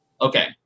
Okay